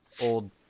old